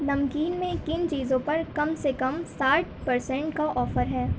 نمکین میں کن چیزوں پر کم سے کم ساٹھ پرسینٹ کا آفر ہے